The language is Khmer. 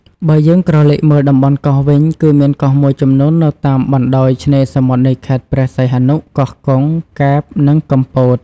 បើយើងក្រលេកមើលតំបន់កោះវិញ គឺមានកោះមួយចំនួននៅតាមបណ្ដោយឆ្នេរសមុទ្រនៃខេត្តព្រះសីហនុ កោះកុង កែប និងកំពត។